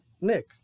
Nick